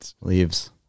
Leaves